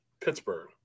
Pittsburgh